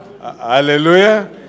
Hallelujah